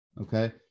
Okay